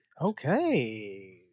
Okay